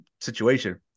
situation